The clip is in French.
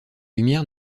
lumières